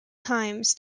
times